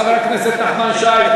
חבר הכנסת נחמן שי,